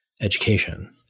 education